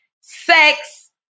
sex